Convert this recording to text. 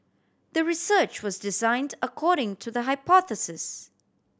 the research was designed according to the hypothesis